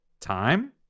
Time